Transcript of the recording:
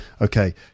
okay